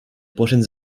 prochaines